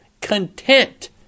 content